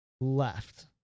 left